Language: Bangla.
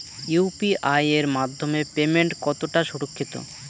ইউ.পি.আই এর মাধ্যমে পেমেন্ট কতটা সুরক্ষিত?